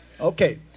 Okay